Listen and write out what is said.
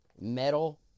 metal